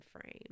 frame